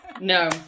No